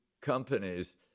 companies